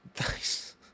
Nice